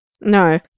No